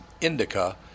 indica